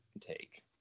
take